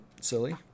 silly